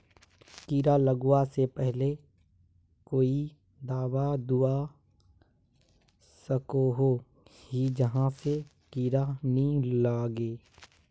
कीड़ा लगवा से पहले कोई दाबा दुबा सकोहो ही जहा से कीड़ा नी लागे?